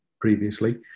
previously